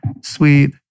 sweet